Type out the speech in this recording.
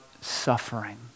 suffering